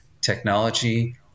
technology